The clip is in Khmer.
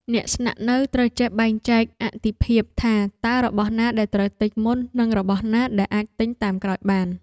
អ្នកស្នាក់នៅត្រូវចេះបែងចែកអាទិភាពថាតើរបស់ណាដែលត្រូវទិញមុននិងរបស់ណាដែលអាចទិញតាមក្រោយបាន។